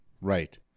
Right